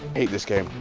hate this game.